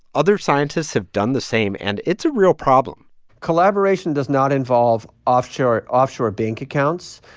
other scientists have done the same, and it's a real problem collaboration does not involve offshore offshore bank accounts.